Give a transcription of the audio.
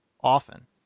often